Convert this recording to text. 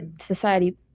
society